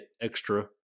extra